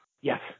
Yes